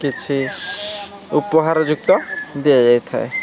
କିଛି ଉପହାରଯୁକ୍ତ ଦିଆଯାଇ ଥାଏ